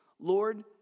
Lord